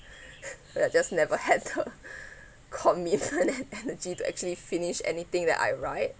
that just never had caught me final energy to actually finish anything that I write